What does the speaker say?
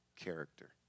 character